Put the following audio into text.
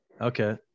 Okay